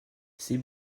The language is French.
ces